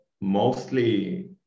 mostly